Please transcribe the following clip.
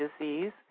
disease